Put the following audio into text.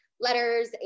letters